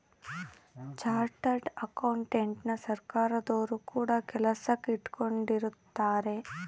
chartered ಅಕೌಂಟೆಂಟನ ಸರ್ಕಾರದೊರು ಕೂಡ ಕೆಲಸಕ್ ಇಟ್ಕೊಂಡಿರುತ್ತಾರೆ